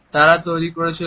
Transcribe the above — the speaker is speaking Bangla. তারা তৈরি করেছিলেন